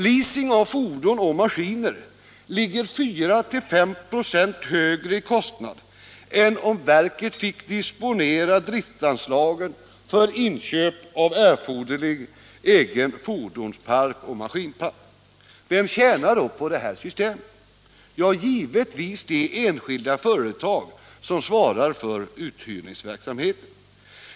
Leasing av fordon och maskiner kostar 4-5 96 mer än om verket fick disponera driftsanslagen för inköp av erforderlig egen fordons och maskinpark. Vem tjänar då på det här systemet? Givetvis de enskilda företag som svarar för uthyrningsverksamheten.